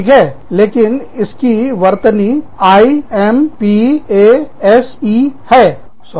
ठीक है लेकिन इसकी वर्तनीIM PAS E है